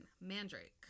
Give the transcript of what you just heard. mandrake